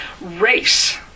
Race